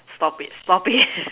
stop it stop it